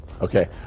Okay